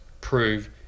prove